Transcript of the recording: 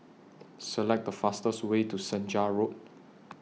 Select The fastest Way to Senja Road